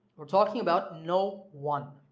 we're talking about no one.